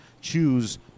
choose